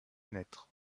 fenêtres